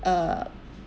uh